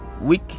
week